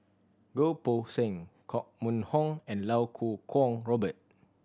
Goh Poh Seng Koh Mun Hong and Iau Kuo Kwong Robert